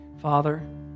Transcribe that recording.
Father